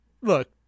Look